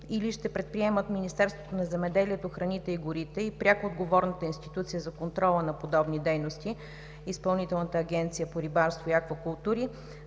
или ще предприемат Министерството на земеделието, храните и горите и пряко отговорната институция за контрола на подобни дейности – Изпълнителната агенция по рибарство и аквакултури,